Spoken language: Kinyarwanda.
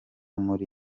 muri